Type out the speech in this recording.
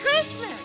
Christmas